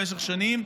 במשך שנים,